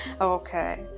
okay